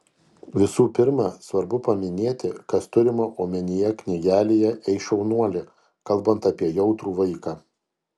visų pirma svarbu paminėti kas turima omenyje knygelėje ei šaunuoli kalbant apie jautrų vaiką